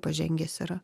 pažengęs yra